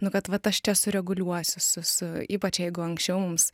nu kad vat aš čia sureguliuosiu su su ypač jeigu anksčiau mums